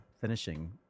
finishing